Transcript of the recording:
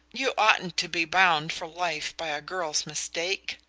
you oughtn't to be bound for life by a girl's mistake.